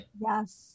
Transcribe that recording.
Yes